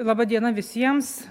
laba diena visiems